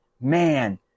man